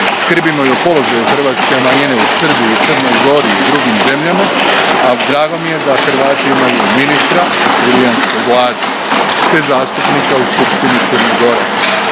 Skrbimo i o položaju hrvatske manjine u Srbiji i Crnoj Gori i drugim zemljama, a drago mi je da Hrvati imaju ministra u srbijanskoj Vladi te zastupnika u Skupštini CG.